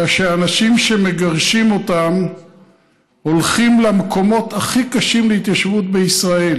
זה שאנשים שמגרשים אותם הולכים למקומות הכי קשים להתיישבות בישראל.